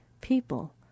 people